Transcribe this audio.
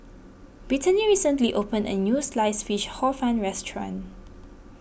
Britany recently opened a new Sliced Fish Hor Fun restaurant